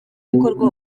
bikorwa